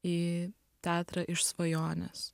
į teatrą iš svajonės